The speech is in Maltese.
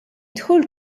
dħul